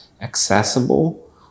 accessible